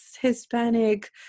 Hispanic